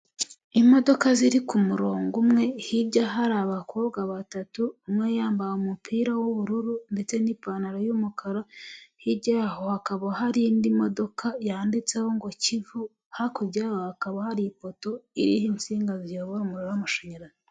Imodoka ziri ku murongo umwe, hirya hari abakobwa batatu umwe yambaye umupira w'ubururu ndetse n'ipantaro y’umukara, hirya yaho hakaba hari indi modoka yanditseho ngo Kivu, hakurya hakaba hari ipoto iriho Insinga ziyobora umuriro w'amashanyarazi.